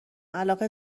علاقه